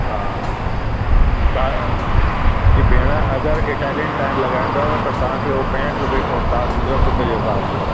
हा तव्हां जी भेण अगरि इटालियन टाइल लॻाइणी अथव त तव्हांखे उहो पंजहठि रुपए खां स्टाट थींदो फुट जे हिसाब सां